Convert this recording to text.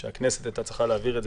שהכנסת הייתה צריכה להעביר את זה